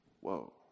Whoa